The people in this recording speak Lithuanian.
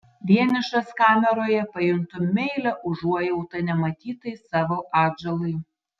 vienišas kameroje pajuntu meilią užuojautą nematytai savo atžalai